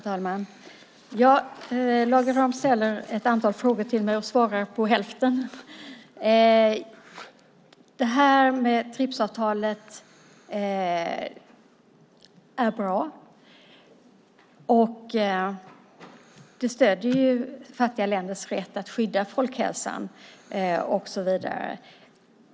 Herr talman! Lage Rahm ställer ett antal frågor till mig och svarar själv på hälften av dem. TRIPS-avtalet är bra. Det stöder fattiga länders rätt att skydda folkhälsan och så vidare.